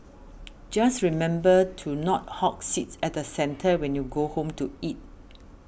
just remember to not hog seats at the centre when you go home to eat